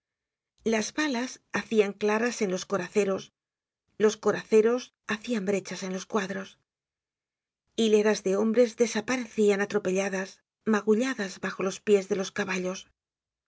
las balas hacian claras en los coraceros los coraceros hacian brechas en los cuadros hileras de hombres desaparecian atropelladas magulladas bajo los pies de los caballos las